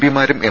പിമാരും M